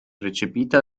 recepita